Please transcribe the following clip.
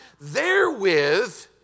therewith